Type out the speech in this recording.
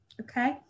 Okay